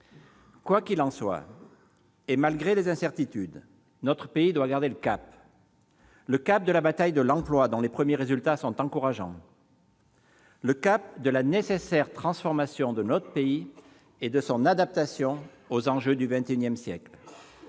Quoi qu'il en soit, malgré ces incertitudes, notre pays doit garder le cap : le cap de la bataille de l'emploi, dont les premiers résultats sont encourageants ; le cap de la nécessaire transformation de notre pays et de son adaptation aux enjeux du XXI siècle